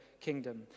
kingdom